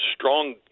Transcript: strong